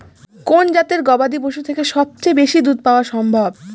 কোন জাতের গবাদী পশু থেকে সবচেয়ে বেশি দুধ পাওয়া সম্ভব?